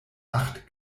acht